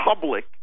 public